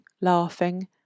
laughing